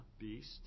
beast